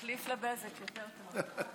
תחליף לבזק, יותר טוב.